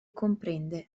comprende